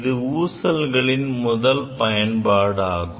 இது ஊசல்களின் முதல் பயன்பாடு ஆகும்